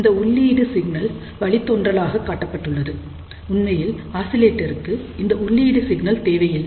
இந்த உள்ளீடு சிக்னல் வழித்தோன்றலாக காட்டப்பட்டுள்ளது உண்மையில் ஆசிலேட்டருக்கு இந்த உள்ளிட்டு சிக்னல் தேவையில்லை